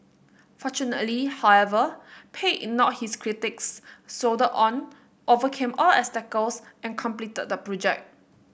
fortunately however Pei ignored his critics soldiered on overcame all obstacles and completed the project